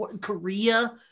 Korea